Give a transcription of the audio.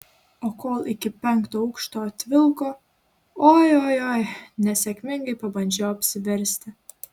o kol iki penkto aukšto atvilko oi oi oi nesėkmingai pabandžiau apsiversti